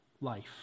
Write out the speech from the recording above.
life